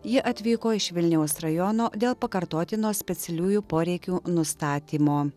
ji atvyko iš vilniaus rajono dėl pakartotino specialiųjų poreikių nustatymo